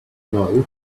know